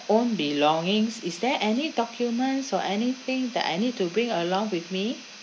own belongings is there any documents or anything that I need to bring along with me